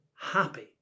happy